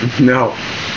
No